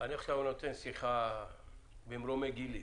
אני עכשיו נותן שיחה ממרומי גילי.